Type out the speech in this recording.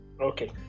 Okay